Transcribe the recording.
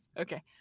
Okay